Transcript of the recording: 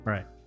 Right